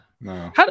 No